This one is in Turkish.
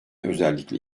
özellikle